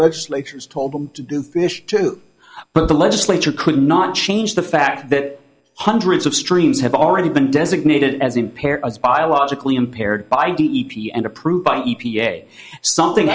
legislators told them to do fish too but the legislature could not change the fact that hundreds of streams have already been designated as impaired as biologically impaired by e p and approved by e p a something